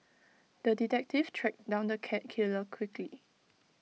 the detective tracked down the cat killer quickly